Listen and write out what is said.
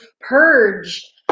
purge